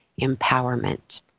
empowerment